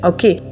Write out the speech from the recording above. Okay